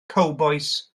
cowbois